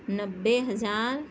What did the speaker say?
نبے ہزار